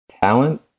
Talent